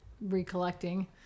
recollecting